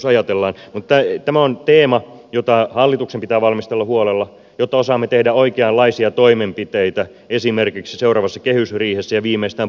mutta tämä on teema jota hallituksen pitää valmistella huolella jotta osaamme tehdä oikeanlaisia toimenpiteitä esimerkiksi seuraavassa kehysriihessä ja viimeistään puolivälitarkistelussa